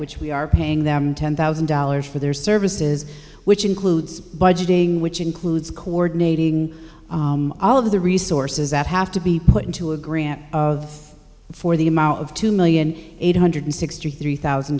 which we are paying them ten thousand dollars for their services which includes budgeting which includes coordinating all of the resources that have to be put into a grant of four the amount of two million eight hundred sixty three thousand